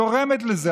היא גורמת לזה.